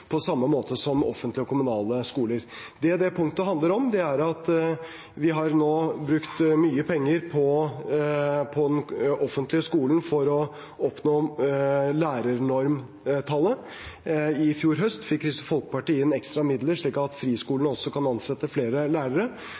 på samme måte som offentlige og kommunale skoler. Det som det punktet handler om, er at vi nå har brukt mye penger på den offentlige skolen for å oppnå lærernormtallet. I fjor høst fikk Kristelig Folkeparti inn ekstra midler slik at friskolene også kan ansette flere lærere,